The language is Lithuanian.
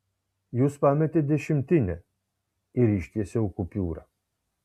jūs pametėt dešimtinę ir ištiesiau kupiūrą